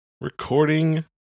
recording